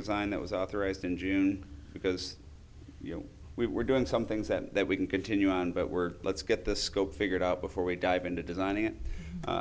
design that was authorized in june because you know we were doing some things that we can continue on but we're let's get the scope figured out before we dive into designing it